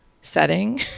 setting